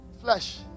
flesh